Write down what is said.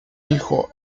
hijo